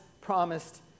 promised